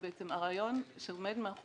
הרעיון שעומד מאחורי השינוי